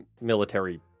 military